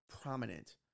prominent